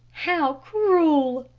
how cruel!